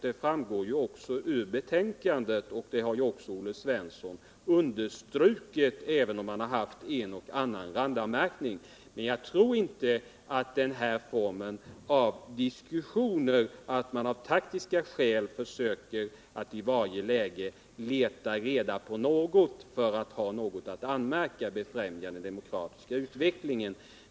Detta framgår ju av betänkandet, och det har också Olle Svensson understrukit, även om han har en och annan randanmärkning. Men jag tror inte att den här formen av diskussioner —-att man av taktiska skäl försöker att i varje läge leta reda på något för att ha något att anmärka — befrämjar den demokratiska utvecklingen.